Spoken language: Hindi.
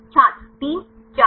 छात्र 3 4